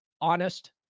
honest